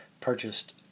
purchased